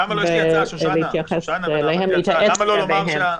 ולהתייעץ לגביהם.